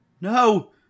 No